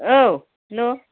औ हेल'